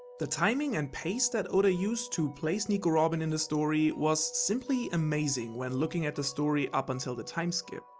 the timing and pace that oda used to place nico robin in the story was simply amazing when looking at the story up until the time skip.